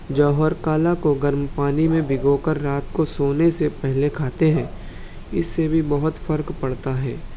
جوہر کالا کو گرم پانی میں بھگو کر رات کو سونے سے پہلے کھاتے ہیں اس سے بھی بہت فرق پڑتا ہے